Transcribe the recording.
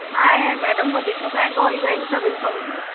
नाहे मेडम वधीक महांगो इहो ई सभिनि खां